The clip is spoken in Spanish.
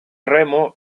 remo